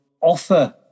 offer